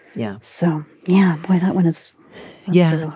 yeah. so yeah that one is yeah.